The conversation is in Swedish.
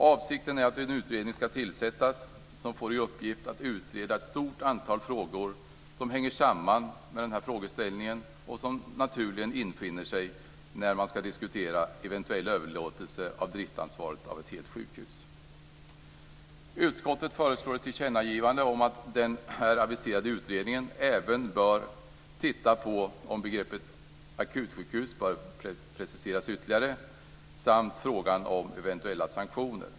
Avsikten är att en utredning ska tillsättas som får i uppgift att utreda ett stort antal frågor som hänger samman med den här frågeställningen och som naturligen infinner sig när man ska diskutera eventuell överlåtelse av driftansvaret av ett helt sjukhus. Utskottet föreslår ett tillkännagivande om att den här aviserade utredningen även bör titta på om begreppet akutsjukhus bör preciseras ytterligare samt frågan om eventuella sanktioner.